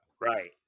Right